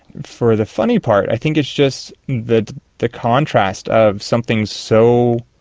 for the funny part, i think it's just that the contrast of something so